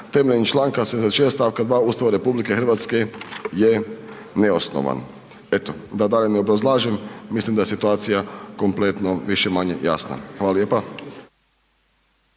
temeljem Članka 76. stavka 2. Ustava RH je neosnovan. Eto, da dalje ne obrazlažem, mislim da je situacija kompletno više-manje jasna. Hvala lijepa.